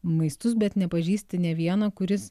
maistus bet nepažįsti nė vieno kuris